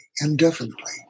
indefinitely